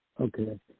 Okay